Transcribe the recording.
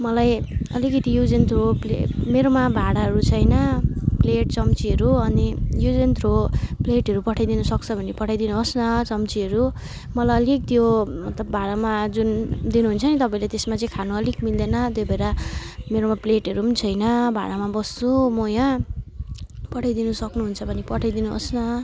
मलाई अलिकति use and throw plate मेरोमा भाँडाहरू छैन प्लेट चम्चीहरू अनि युज एन्ड थ्रो प्लेटहरू पठाइदिनु सक्छ भने पठाइदिनुहोस् न चम्चीहरू मलाई अलिक त्यो मतलब त्यो भाँडामा जुन दिनुहुन्छ नि तपाईँले त्यसमा चाहिँ खानु अलिक मिल्दैन त्यही भएर मेरोमा प्लेटहरू पनि छैन भाडामा बस्छु म यहाँ पठाइदिनु सक्नुहुन्छ भने पठाइदिनुहोस् न